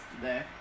today